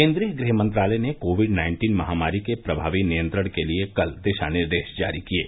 केन्द्रीय गृह मंत्रालय ने कोविड नाइन्टीन महामारी के प्रभावी नियंत्रण के लिए कल दिशा निर्देश जारी किये